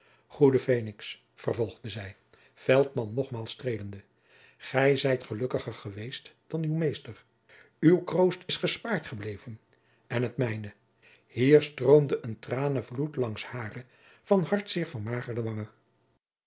goede phenix vervolgde zij veltman nogmaals streelende gij zijt gelukkiger geweest dan uw meester uw kroost is gespaard gebleven en het mijne hier stroomde een tranenvloed langs hare van hartzeer vermagerde wangen